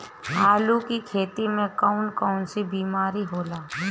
आलू की खेती में कौन कौन सी बीमारी होला?